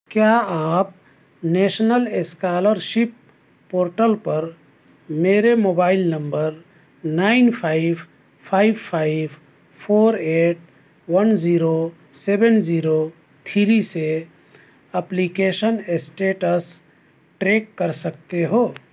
کیا آپ national scholarship portal پر میرے mobile number nine five five five four eight one zero seven zero three سے application status track کر سکتے ہو